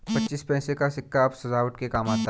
पच्चीस पैसे का सिक्का अब सजावट के काम आता है